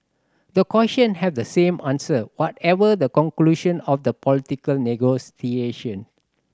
the question have the same answer whatever the conclusion of the political negotiation